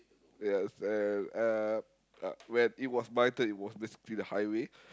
yes and uh uh when it was my turn it was basically the highway